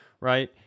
Right